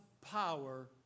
power